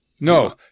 No